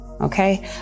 Okay